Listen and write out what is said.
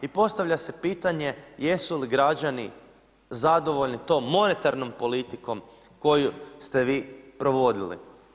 I postavlja se pitanje jesu li građani zadovoljni tom monetarnom politikom koju ste vi provodili.